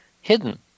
hidden